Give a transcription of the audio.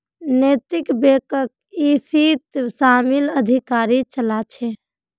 नैतिक बैकक इसीत शामिल अधिकारी चला छे